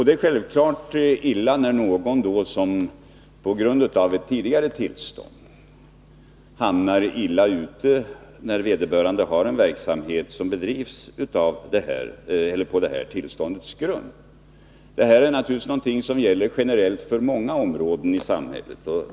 Det är självfallet orätt när någon som tidigare fått tillstånd att bedriva verksamhet råkar illa ut, därför att förhållandena ändrats. Det här är naturligtvis någonting som gäller generellt för många områden i samhället.